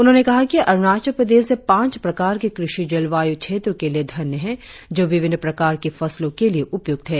उन्होंने कहा कि अरुणाचल प्रदेश पांच प्रकार के कृषि जलवायु क्षेत्रों के लिए धन्य है जो विभिन्न प्रकार की फसलों के लिए उपयुक्त है